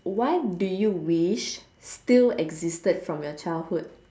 what do you wish still existed from your childhood